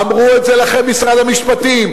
אמרו לכם את זה משרד המשפטים,